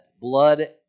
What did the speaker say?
Blood